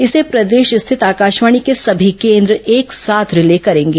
इसे प्रदेश स्थित आकाशवाणी के सभी केंद्र एक साथ रिले करेंगे